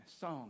Song